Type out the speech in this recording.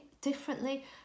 differently